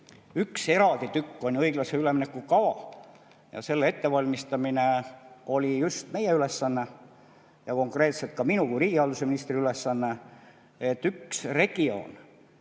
üks eraldi tükk on õiglase ülemineku kava. Selle ettevalmistamine oli just meie ülesanne ja konkreetselt ka minu kui riigihalduse ministri ülesanne. Üks regioon,